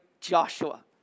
Joshua